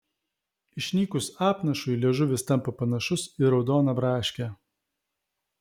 išnykus apnašui liežuvis tampa panašus į raudoną braškę